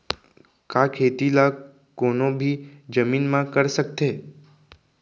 का खेती ला कोनो भी जमीन म कर सकथे?